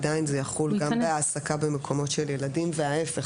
עדיין זה יחול גם בהעסקה במקומות של ילדים וההיפך.